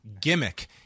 Gimmick